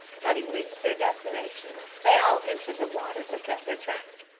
having reached their destination, they all entered the water to set their traps,